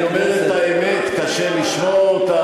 כשאני אומר את האמת קשה לשמוע אותה,